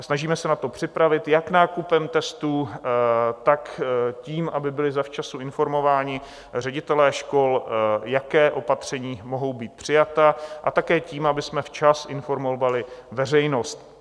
Snažíme se na to připravit jak nákupem testů, tak tím, aby byli zavčasu informováni ředitelé škol, jaká opatření mohou být přijata, a také tím, abychom včas informovali veřejnost.